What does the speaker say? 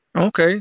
Okay